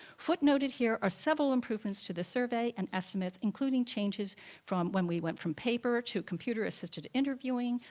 footnoted here are several improvements to the survey and estimates, including changes from when we went from paper to computer-assisted interviewing,